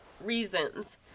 reasons